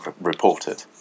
reported